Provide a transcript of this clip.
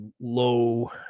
low